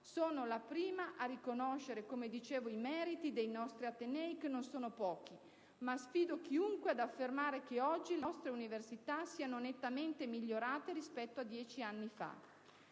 Sono la prima a riconoscere, come dicevo, i meriti dei nostri atenei, che non sono pochi, ma sfido chiunque ad affermare che oggi le nostre università siano nettamente migliorate rispetto a dieci anni fa.